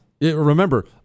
Remember